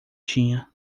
tinha